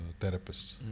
therapists